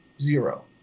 Zero